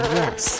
yes